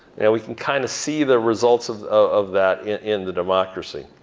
now we can kind of see the results of of that in the democracy.